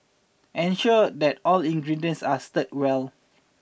ensure that all ingredients are stirred well